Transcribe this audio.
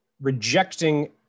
rejecting